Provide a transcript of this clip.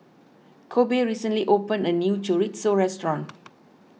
Kobe recently opened a new Chorizo restaurant